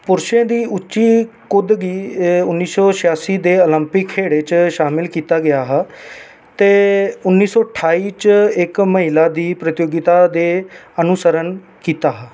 पुरशें दी उच्ची कुद्द गी उन्नी सौ छेआसी दे ओलंपिक खेढें च शामल कीता गेआ हा ते उन्नी सौ ठाई च इक महिला दी प्रतियोगिता दे अनुसरण कीता हा